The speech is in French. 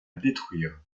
détruire